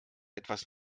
etwas